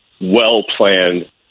well-planned